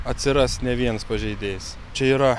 atsiras ne vienas pažeidėjas čia yra